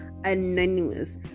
anonymous